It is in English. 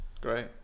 great